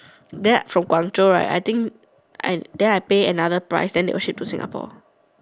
then from Guangzhou right I think I then I pay another price then they will ship to Singapore